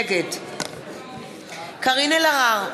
נגד קארין אלהרר,